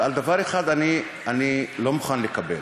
אבל דבר אחד אני לא מוכן לקבל,